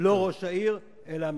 לא ראש העיר אלא הממשלה.